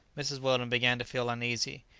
mrs. weldon began to feel uneasy.